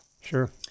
Sure